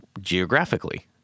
geographically